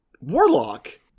Warlock